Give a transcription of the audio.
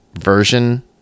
version